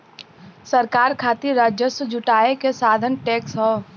सरकार खातिर राजस्व जुटावे क साधन टैक्स हौ